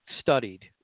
studied